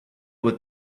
with